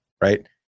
right